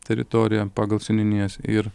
teritoriją pagal seniūnijas ir